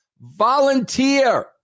Volunteer